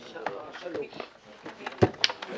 3 נגד,